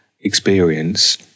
experience